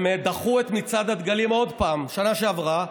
הם דחו את מצעד הדגלים עוד פעם בשנה שעברה.